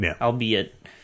albeit